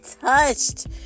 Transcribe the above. touched